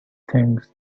things